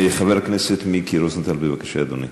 חבר הכנסת מיקי רוזנטל, בבקשה, אדוני.